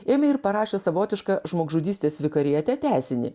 ėmė ir parašė savotišką žmogžudystės vikariate tęsinį